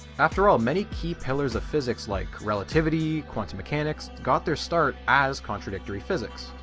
after all many key pillars of physics like relativity, quantum mechanics got their start as contradictory physics.